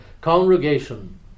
congregation